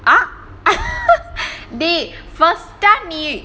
ah dey first நீ:nee